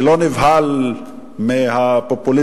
ולא נבהל מהפופוליזם,